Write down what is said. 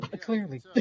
clearly